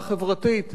השוק חופשי,